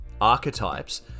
archetypes